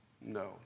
No